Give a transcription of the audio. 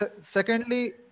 secondly